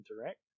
interact